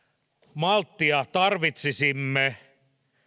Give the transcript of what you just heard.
malttia tarvitsisimme